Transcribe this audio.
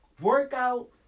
workout